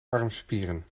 armspieren